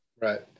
Right